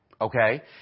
okay